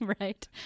Right